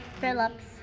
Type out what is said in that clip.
Phillips